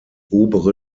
obere